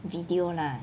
video lah